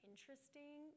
interesting